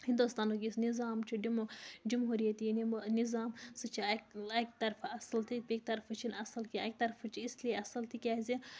ہِنٛدوستانُک یُس نِظام چھِ جمہوٗرِیَت نِظام سُہ چھِ اَکہِ اَکہِ طرفہٕ اَصٕل تہِ بیٚکہِ طرفہٕ چھِنہٕ اَصٕل کیٚنٛہہ اَکہِ طرفہٕ چھِ اِسلیے اَصٕل تِکیٛازِ